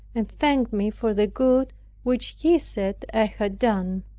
and thank me for the good which he said i had done.